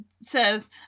says